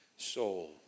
soul